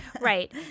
Right